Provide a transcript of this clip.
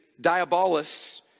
Diabolus